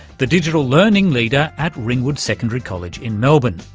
the digital learning leader at ringwood secondary college in melbourne.